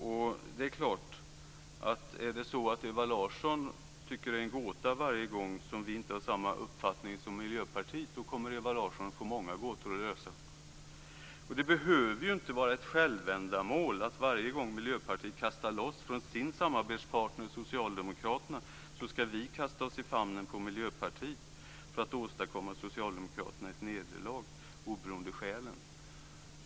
Om Ewa Larsson tycker att det är en gåta varje gång som vi inte har samma uppfattning som Miljöpartiet kommer Ewa Larsson att få många gåtor att lösa. Det behöver inte vara ett självändamål för oss att kasta oss i famnen på Miljöpartiet för att därmed åsamka Socialdemokraterna ett nederlag oberoende av skälen varje gång Miljöpartiet kastar loss från sin samarbetspartner Socialdemokraterna.